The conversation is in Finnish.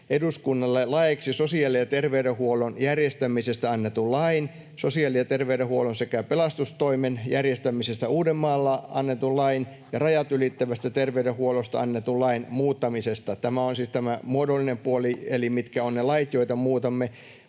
eduskunnalle laeiksi sosiaali- ja terveydenhuollon järjestämisestä annetun lain, sosiaali- ja terveydenhuollon sekä pelastustoimen järjestämisestä Uudellamaalla annetun lain ja rajat ylittävästä terveydenhuollosta annetun lain muuttamisesta. Tämä on siis tämä muodollinen puoli, eli mitkä ovat ne lait, joita muutamme,